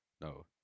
no